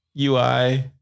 UI